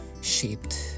shaped